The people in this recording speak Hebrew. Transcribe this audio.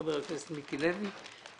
לחבר הכנסת מיקי לוי.